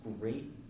great